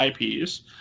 IPs